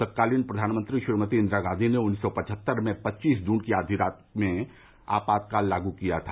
तत्कालीन प्रधानमंत्री श्रीमती इन्दिरा गांधी ने उन्नीस सौ पवहत्तर में पच्चीस जून की आधी रात में आपातकाल लागू किया था